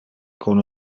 con